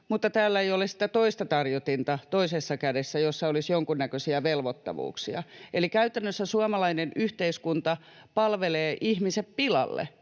mutta täällä ei ole sitä toista tarjotinta toisessa kädessä, jossa olisi jonkunnäköisiä velvoittavuuksia. Eli käytännössä suomalainen yhteiskunta palvelee ihmiset pilalle.